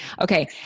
Okay